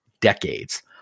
decades